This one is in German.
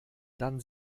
dann